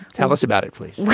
tell us about it, please.